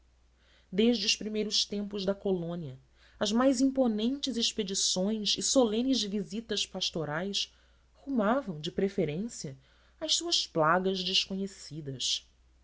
desde os primeiros tempos da colônia as mais imponentes expedições e solenes visitas pastorais rumavam de preferência às suas plagas desconhecidas